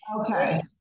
okay